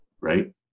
right